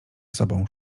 sobą